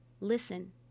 Listen